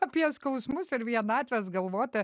apie skausmus ir vienatves galvoti